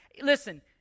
Listen